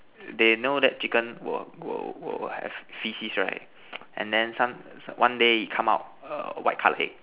they know that chicken will will will have faeces right and then some one day it come out a white color egg